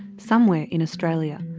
somewhere in australia.